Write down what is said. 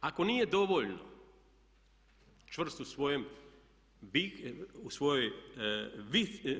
Ako nije dovoljno čvrst u svojem